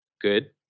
good